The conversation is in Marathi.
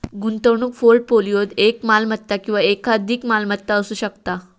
गुंतवणूक पोर्टफोलिओत एक मालमत्ता किंवा एकाधिक मालमत्ता असू शकता